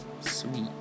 sweet